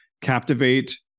captivate